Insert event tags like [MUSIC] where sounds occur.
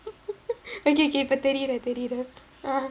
[LAUGHS] okay okay இப்ப தெரிற தெரிற:ippa therira therira uh